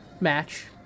match